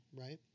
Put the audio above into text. right